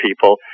people